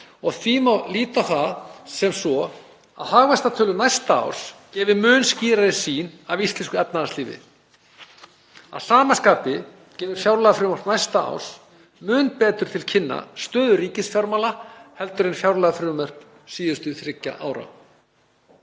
og því má líta á það sem svo að hagvaxtartölur næsta árs gefi mun skýrari mynd af íslensku efnahagslífi. Að sama skapi gefur fjárlagafrumvarp næsta árs mun betur til kynna stöðu ríkisfjármála heldur en fjárlagafrumvörp síðustu þriggja ára.